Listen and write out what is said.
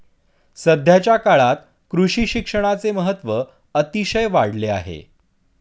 सध्याच्या काळात कृषी शिक्षणाचे महत्त्व अतिशय वाढले आहे